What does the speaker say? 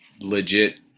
legit